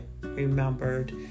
remembered